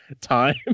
time